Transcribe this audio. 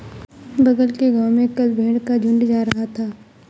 बगल के गांव में कल भेड़ का झुंड जा रहा था